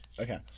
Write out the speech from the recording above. okay